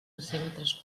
decímetres